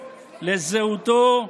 לזהותו,